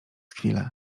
chwilę